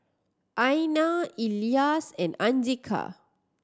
Aina Elyas and Andika